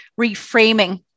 reframing